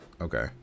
Okay